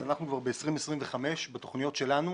אנחנו כבר ב-2025 בתוכניות שלנו,